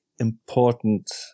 important